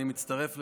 אני מצטרף לדבריך.